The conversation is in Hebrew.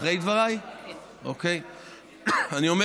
אחרי דבריי.